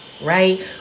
Right